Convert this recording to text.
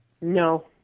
No